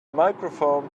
microphone